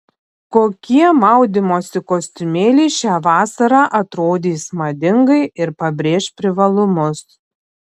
kokie maudymosi kostiumėliai šią vasarą atrodys madingai ir pabrėš privalumus